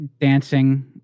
dancing